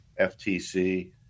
FTC